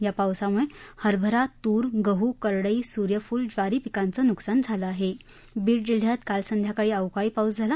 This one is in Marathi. या पावसामुळविरभरा तुर गह करडई सुर्यफुल ज्वारी पिकांचं नुकसान झालं आहा बीड जिल्ह्यात काल संध्याकाळी अवकाळी पाऊस झाला